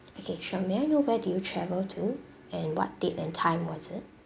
okay sure may I know where did you travel to and what date and time was it